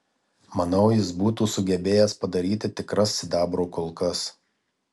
manau jis būtų sugebėjęs padaryti tikras sidabro kulkas